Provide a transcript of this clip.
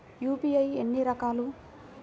UPI ఎన్ని రకాలు?